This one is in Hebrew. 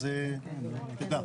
אז תדע.